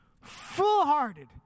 Full-hearted